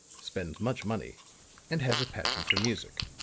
spends much money and has a passion for music.